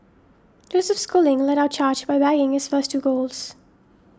Joseph Schooling led our charge by bagging his first two golds